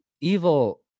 Evil